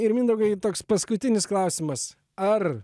ir mindaugai toks paskutinis klausimas ar